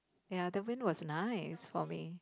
ya the wind was nice for me